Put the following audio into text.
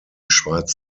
schweiz